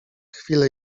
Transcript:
chwilę